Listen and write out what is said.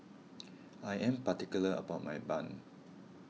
I am particular about my Bun